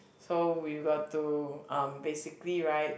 so we got to um basically right